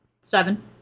seven